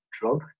drug